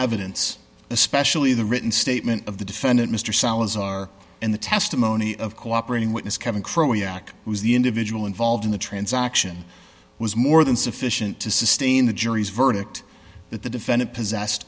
evidence especially the written statement of the defendant mr salazar and the testimony of cooperating witness kevin crowe yack was the individual involved in the transaction was more than sufficient to sustain the jury's verdict that the defendant possessed